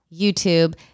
YouTube